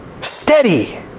steady